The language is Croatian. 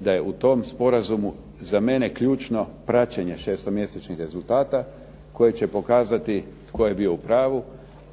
da je u tom sporazumu za mene ključno praćenje šestomjesečnih rezultata koji će pokazati tko je bio u pravu,